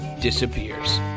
disappears